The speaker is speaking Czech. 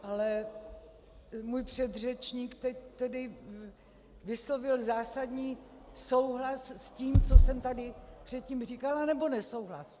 Ale můj předřečník teď tedy vyslovil zásadní souhlas s tím, co jsem tady předtím říkala, nebo nesouhlas?